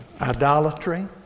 idolatry